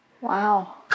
Wow